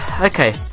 Okay